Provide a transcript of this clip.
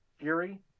Fury